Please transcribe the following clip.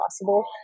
possible